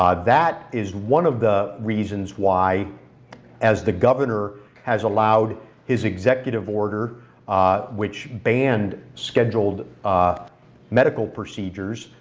um that is one of the reasons why as the governor has allowed his executive order which banned scheduled medical procedures,